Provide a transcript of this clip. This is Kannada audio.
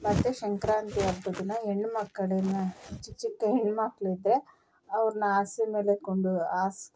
ಮತ್ತು ಸಂಕ್ರಾಂತಿ ಹಬ್ಬದ ದಿನ ಹೆಣ್ ಮಕ್ಕಳ ಚಿಕ್ಕ ಚಿಕ್ಕ ಹೆಣ್ಣು ಮಕ್ಕಳಿದ್ರೆ ಅವರ್ನ ಹಸೆ ಮೇಲೆ ಕುಂಡು ಹಾಸ್